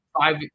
Five